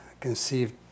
conceived